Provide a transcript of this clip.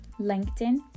LinkedIn